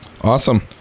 awesome